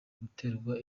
guterwa